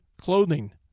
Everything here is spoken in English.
clothing